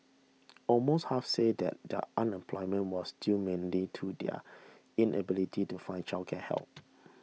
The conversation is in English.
almost half said that their unemployment was due mainly to the inability to find childcare help